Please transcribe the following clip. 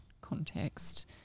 context